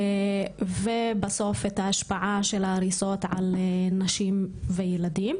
ובסוף את ההשפעה של ההריסות על נשים וילדים.